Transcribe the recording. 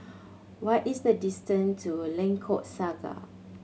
what is the distance to a Lengkok Saga